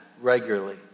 Regularly